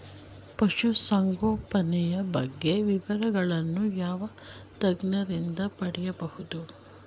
ಪಶುಸಂಗೋಪನೆಯ ಬಗ್ಗೆ ವಿವರಗಳನ್ನು ಯಾವ ತಜ್ಞರಿಂದ ಪಡೆಯಬಹುದು?